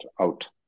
out